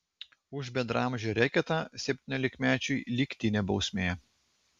už bendraamžio reketą septyniolikmečiui lygtinė bausmė